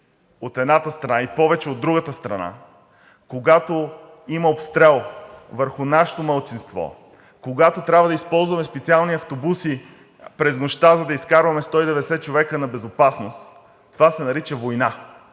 от едната страна и повече от другата страна, когато има обстрел върху нашето малцинство, когато трябва да използваме специални автобуси през нощта, за да изкарваме 190 човека на безопасност – това се нарича война.